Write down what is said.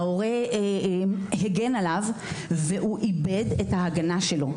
ההורה הגן עליו והוא איבד את ההגנה שלו.